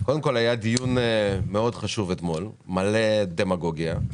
אתמול היה דיון מאוד חשוב, מלא דמגוגיה.